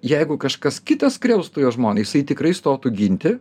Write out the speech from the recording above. jeigu kažkas kitas skriaustų jo žmoną jisai tikrai stotų ginti